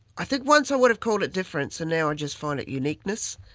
i think once i would have called it difference and now i just find it uniqueness,